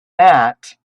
that